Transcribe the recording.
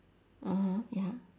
mmhmm ya